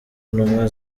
ntumwa